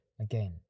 again